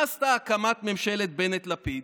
מה עשתה הקמת ממשלת בנט-לפיד?